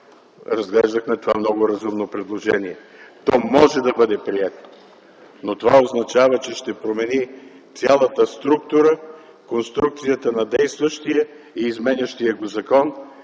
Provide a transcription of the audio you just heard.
разглеждахме това много разумно предложение. То може да бъде прието, но това означава, че ще промени цялата структура, конструкцията на действащия и изменящия го закон.